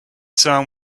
sound